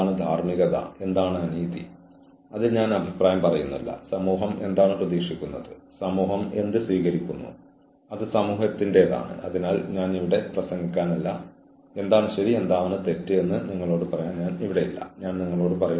അതിനാൽ നമ്മൾ പറയുന്നു നിങ്ങൾ ഇത് ചെയ്യുന്നില്ല നിങ്ങൾ പ്രതീക്ഷിച്ചത് ചെയ്തില്ലെങ്കിൽ എനിക്ക് നിങ്ങളോട് ചെയ്യാൻ കഴിയുന്നത് ഇതാണ്